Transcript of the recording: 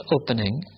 opening